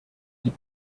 die